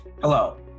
Hello